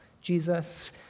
Jesus